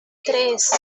tres